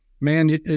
man